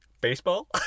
baseball